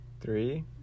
three